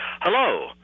Hello